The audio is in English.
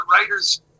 writers